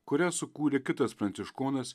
kurią sukūrė kitas pranciškonas